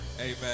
Amen